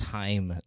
time